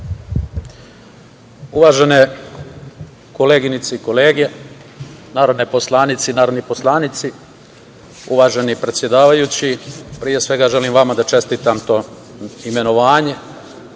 Uvažene koleginice i kolege, narodne poslanice i narodni poslanici, uvaženi predsedavajući, pre svega, želim vama da čestitam to imenovanje